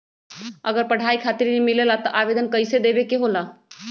अगर पढ़ाई खातीर ऋण मिले ला त आवेदन कईसे देवे के होला?